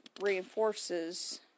reinforces